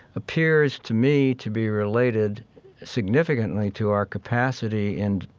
appears to me to be related significantly to our capacity and,